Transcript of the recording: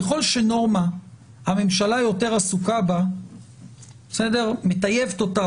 ככל שהממשלה יותר עסוקה בנורמה מטייבת אותה,